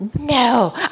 No